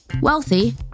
wealthy